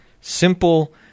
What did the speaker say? simple